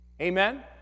Amen